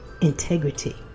integrity